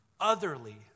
otherly